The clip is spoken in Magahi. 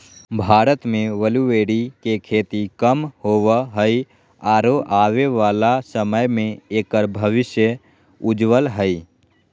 भारत में ब्लूबेरी के खेती कम होवअ हई आरो आबे वाला समय में एकर भविष्य उज्ज्वल हई